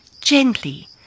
gently